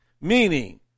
Meaning